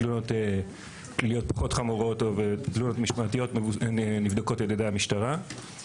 תלונות פליליות פחות חמורות או תלונות משמעתיות שנבדקות על ידי המשטרה.